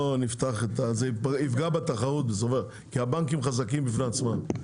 זה יפגע בתחרות בסופו של דבר כי הבנקים חזקים בפני עצמם.